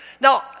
Now